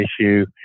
issue